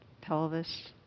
pelvis